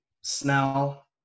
Snell